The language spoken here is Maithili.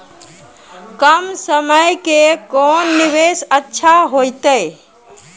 कम समय के कोंन निवेश अच्छा होइतै?